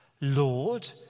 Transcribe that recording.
Lord